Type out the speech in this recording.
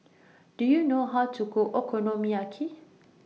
Do YOU know How to Cook Okonomiyaki